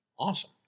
Awesome